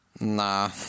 Nah